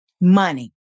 money